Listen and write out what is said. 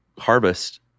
harvest